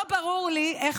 לא ברור לי איך